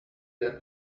than